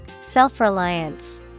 Self-reliance